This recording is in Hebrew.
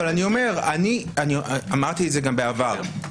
אבל אמרתי את זה גם בעבר בחוץ,